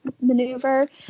Maneuver